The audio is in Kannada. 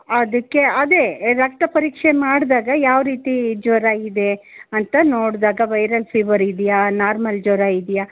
ಅದಕ್ಕೆ ಅದೇ ರಕ್ತ ಪರೀಕ್ಷೆ ಮಾಡಿದಾಗ ಯಾವ ರೀತಿ ಜ್ವರ ಇದೆ ಅಂತ ನೋಡಿದಾಗ ವೈರಲ್ ಫೀವರ್ ಇದೆಯಾ ನಾರ್ಮಲ್ ಜ್ವರ ಇದೆಯಾ